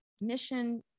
mission